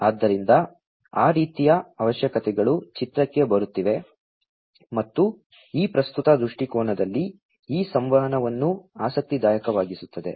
ಆದ್ದರಿಂದ ಆ ರೀತಿಯ ಅವಶ್ಯಕತೆಗಳು ಚಿತ್ರಕ್ಕೆ ಬರುತ್ತಿವೆ ಮತ್ತು ಈ ಪ್ರಸ್ತುತ ದೃಷ್ಟಿಕೋನದಲ್ಲಿ ಈ ಸಂವಹನವನ್ನು ಆಸಕ್ತಿದಾಯಕವಾಗಿಸುತ್ತದೆ